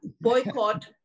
Boycott